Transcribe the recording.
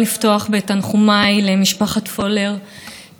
הייתי שם הבוקר,